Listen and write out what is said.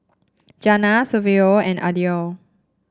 Jana Saverio and Aidyn